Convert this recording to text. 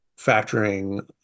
factoring